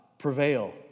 prevail